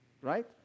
right